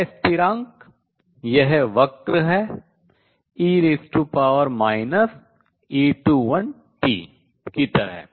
क्षय स्थिरांक यह वक्र है e A21t की तरह